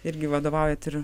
irgi vadovaujat ir